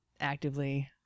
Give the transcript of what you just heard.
actively